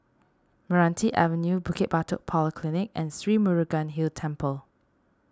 Meranti Avenue Bukit Batok Polyclinic and Sri Murugan Hill Temple